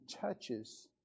touches